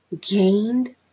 gained